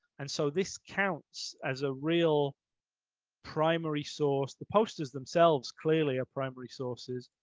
and so, this counts as a real primary source. the posters themselves clearly are primary sources,